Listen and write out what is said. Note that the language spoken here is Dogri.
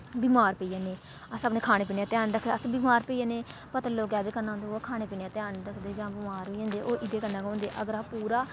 बमार पेई जन्नें अस अपने खाने पीने दा ध्यान निं रखगे अस बमार पेई जन्ने पता लोक केह् करदे ओह् खाने पीने दा ध्यान निं रखदे जां बमार होई जंदे ओह् एह्दे कन्नै गै होंदे अगर अस पूरा